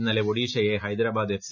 ഇന്നലെ ഒഡീഷയെ ഹൈദരാബാദ് എഫ്